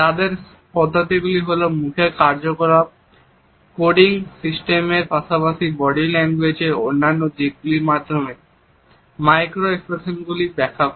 তাদের পদ্ধতিটি হল মুখের কার্যকলাপ কোডিং সিস্টেমের পাশাপাশি বডি ল্যাঙ্গুয়েজের অন্যান্য দিকগুলির মাধ্যমে মাইক্রো এক্সপ্রেশনগুলি ব্যাখ্যা করা